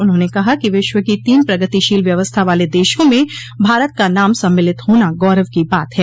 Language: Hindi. उन्होंने कहा कि विश्व की तीन प्रगतिशील व्यवस्था वाले देशों में भारत का नाम सम्मिलित होना गौरव की बात है